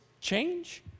change